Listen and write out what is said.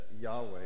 Yahweh